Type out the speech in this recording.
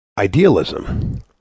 Idealism